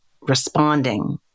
responding